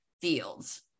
fields